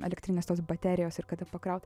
elektrinės tos baterijos ir kada pakraut